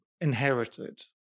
inherited